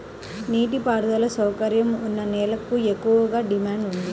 నీటి పారుదల సౌకర్యం ఉన్న నేలలకు ఎక్కువగా డిమాండ్ ఉంటుంది